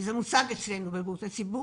וזה מושג אצלנו בבריאות הלידה,